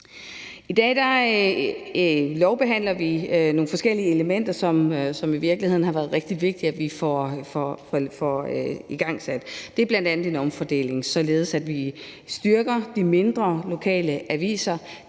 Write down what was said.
I dag lovbehandler vi nogle forskellige elementer, som det i virkeligheden har været rigtig vigtigt at vi får igangsat. Det er bl.a. en omfordeling, således at vi styrker de mindre, lokale aviser